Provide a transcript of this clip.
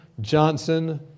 Johnson